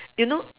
you know